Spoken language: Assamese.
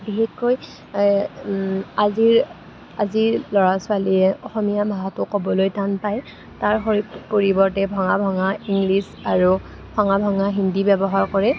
বিশেষকৈ আজিৰ আজিৰ ল'ৰা ছোৱালীয়ে অসমীয়া ভাষাটো ক'বলৈ টান পায় তাৰ পৰিৱৰ্তে ভঙা ভঙা ইংলিছ আৰু ভঙা ভঙা হিন্দী ব্যৱহাৰ কৰে